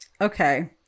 okay